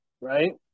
right